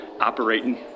operating